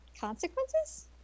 consequences